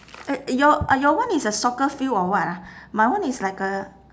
uh your uh your one is a soccer field or what ah my one is like a